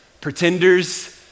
pretenders